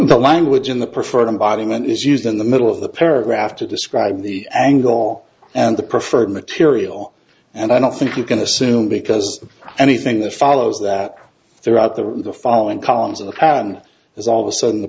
the language in the preferred embodiment is used in the middle of the paragraph to describe the angle and the preferred material and i don't think you can assume because anything that follows that throughout the following columns of the town is all of a sudden the